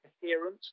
coherent